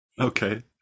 Okay